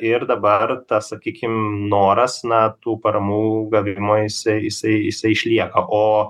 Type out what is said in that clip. ir dabar tas sakykime noras na tų paramų gavimo jisai jisai jisai išlieka o